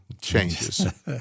changes